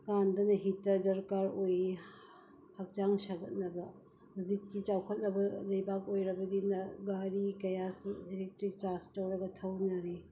ꯀꯥꯟꯗꯅ ꯍꯤꯇꯔ ꯗꯔꯀꯥꯔ ꯑꯣꯏꯔꯤ ꯍꯛꯆꯥꯡ ꯁꯥꯒꯠꯅꯕ ꯍꯧꯖꯤꯛꯇꯤ ꯆꯥꯎꯈꯠꯂꯕ ꯂꯩꯕꯥꯛ ꯑꯣꯏꯔꯕꯅꯤꯅ ꯒꯥꯔꯤ ꯀꯌꯥꯁꯨ ꯏꯂꯦꯛꯇ꯭ꯔꯤꯛ ꯆꯥꯔꯖ ꯇꯧꯔꯒ ꯊꯧꯅꯔꯤ